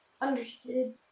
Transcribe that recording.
Understood